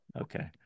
Okay